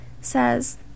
says